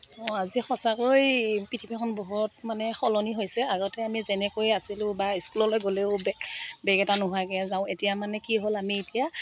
অঁ আজি সঁচাকৈ পৃথিৱীখন বহুত মানে সলনি হৈছে আগতে আমি যেনেকৈ আছিলোঁ বা স্কুললৈ গ'লেও বেগ বেগ এটা নোহোৱাকে যাওঁ এতিয়া মানে কি হ'ল আমি এতিয়া